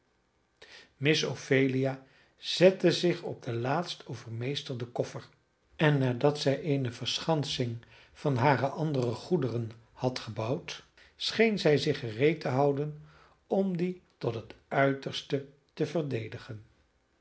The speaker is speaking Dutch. miss ophelia zette zich op den laatst overmeesterden koffer en nadat zij eene verschansing van hare andere goederen had gebouwd scheen zij zich gereed te houden om die tot het uiterste te verdedigen